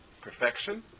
perfection